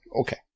Okay